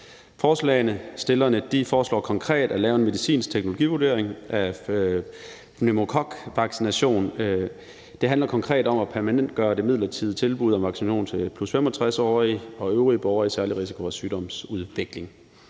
Forslagsstillerne foreslår konkret at lave en medicinsk teknologivurdering af pneumokokvaccination. Det handler konkret om at permanentgøre det midlertidige tilbud om vaccination til 65+-årige og øvrige borgere i særlig risiko- og sygdomsudvikling.